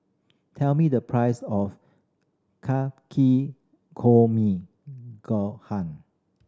tell me the price of gohan